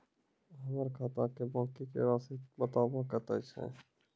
हमर खाता के बाँकी के रासि बताबो कतेय छै?